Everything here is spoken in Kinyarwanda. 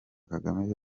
kagame